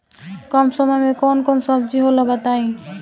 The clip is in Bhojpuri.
कम समय में कौन कौन सब्जी होला बताई?